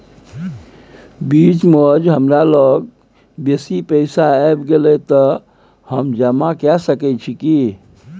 बीच म ज हमरा लग बेसी पैसा ऐब गेले त हम जमा के सके छिए की?